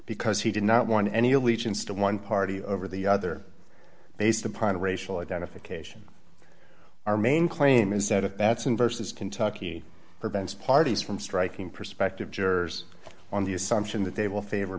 because he did not want any allegiance to one party over the other based upon racial identification our main claim is that of bats and vs kentucky prevents parties from striking prospective jurors on the assumption that they will favor